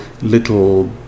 little